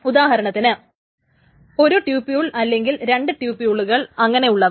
ഉദാഹരണത്തിന് ഒരു ട്യൂപൂൾ അല്ലെങ്കിൽ രണ്ട് ട്യൂപൂൾകൾ അങ്ങനെ ഉള്ളവ